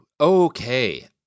Okay